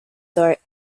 sort